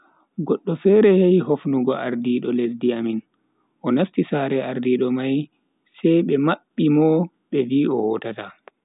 Goddo fere yehe hofnugo ardiido lesdi amin, o nasti sare ardiido mai sai be mabbi mo be vi o hotata.